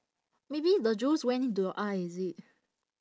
maybe the juice went into your eye is it